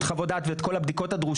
חוות דעת או את כל הבדיקות הדרושות,